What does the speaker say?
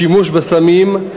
שימוש בסמים,